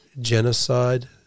genocide